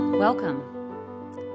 Welcome